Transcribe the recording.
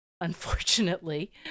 unfortunately